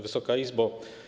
Wysoka Izbo!